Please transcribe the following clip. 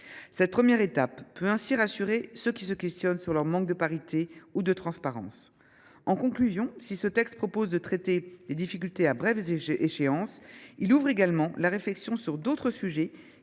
Cette première étape peut ainsi rassurer ceux qui s’interrogent sur leur manque de parité ou de transparence. En conclusion, si ce texte prévoit de traiter des difficultés à brève échéance, il ouvre également la réflexion sur d’autres sujets